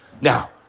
now